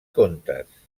contes